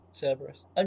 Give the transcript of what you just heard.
Cerberus